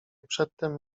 przedtem